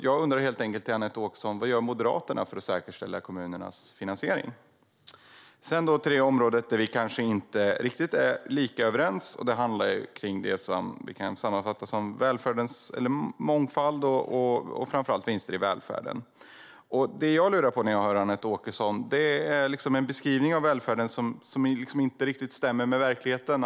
Jag undrar helt enkelt vad Moderaterna gör för att säkerställa kommunernas finansiering, Anette Åkesson. Ett område där vi kanske inte är riktigt lika överens kan sammanfattas med mångfald och vinster i välfärden. Det jag lurar på när jag hör Anette Åkesson är att det är en beskrivning som inte riktigt stämmer med verkligheten.